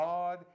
God